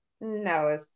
no